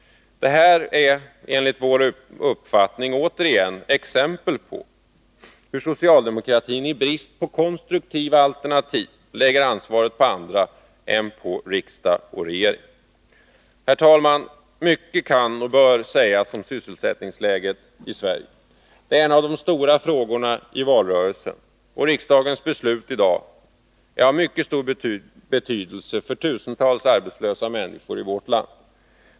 Det här är, enligt vår uppfattning, återigen ett exempel på hur socialdemokratin i brist på konstruktiva alternativ lägger ansvaret på andra än på riksdag och regering. Herr talman! Mycket kan och bör sägas om sysselsättningsläget i Sverige. Det är en av de stora frågorna i valrörelsen, och riksdagens beslut i dag är av mycket stor betydelse för tusentals arbetslösa människor i vårt land.